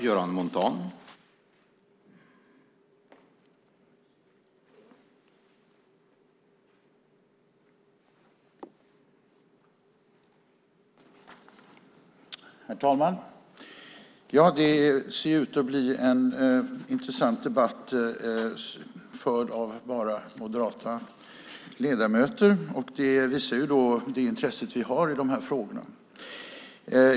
Herr talman! Det ser ut att bli en intressant debatt, förd av bara moderata ledamöter. Det visar det intresse vi har i de här frågorna.